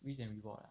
risk and reward ah